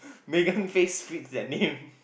Megan face fit that name